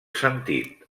sentit